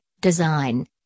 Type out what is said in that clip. Design